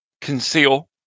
conceal